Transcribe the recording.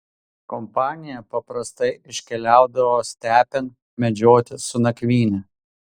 kompanija paprastai iškeliaudavo stepėn medžioti su nakvyne